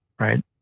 right